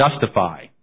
justify